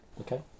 Okay